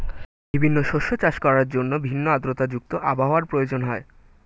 বিভিন্ন শস্য চাষ করার জন্য ভিন্ন আর্দ্রতা যুক্ত আবহাওয়ার প্রয়োজন হয়